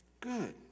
good